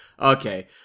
okay